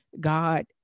God